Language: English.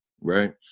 right